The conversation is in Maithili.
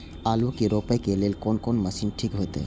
आलू के रोपे के लेल कोन कोन मशीन ठीक होते?